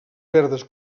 verdes